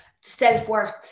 self-worth